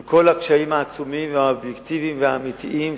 עם כל הקשיים העצומים והאובייקטיביים והאמיתיים,